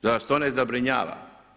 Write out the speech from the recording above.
Zar vas to ne zabrinjava?